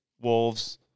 wolves